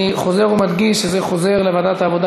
אני חוזר ומדגיש שזה חוזר לוועדת העבודה